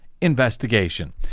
investigation